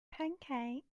pancakes